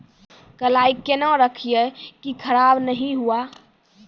कलाई केहनो रखिए की खराब नहीं हुआ?